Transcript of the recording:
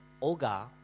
Olga